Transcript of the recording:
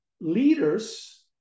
leaders